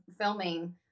filming